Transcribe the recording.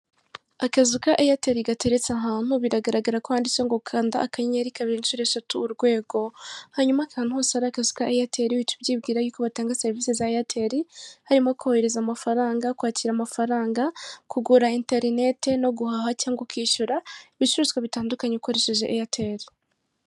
Akazu ka eyateli gateretse ahantu biragaragara ko kanditseho ngo kanda akanyenyeri kabiri inshuro eshatu urwego hanyuma ahantu hose hagaragazwa eyateli uhita ubyibwira yuko batanga serivisi za eyateli harimo kohereza amafaranga, kwakira amafaranga, kugura inerinteti no guhaha cyangwa ukishyura ibicuruzwa bitandukanye ukoresheje eyateli.